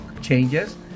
changes